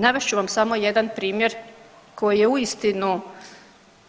Navest ću vam samo jedan primjer koji je uistinu